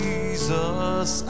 Jesus